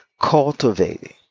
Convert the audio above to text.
Cultivating